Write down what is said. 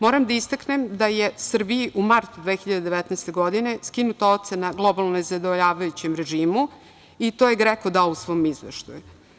Moram da istaknem da je Srbiji u martu 2019. godine skinuta ocena – globalno nezadovoljajućem režimu, i to je GREKO dao u svom izveštaju.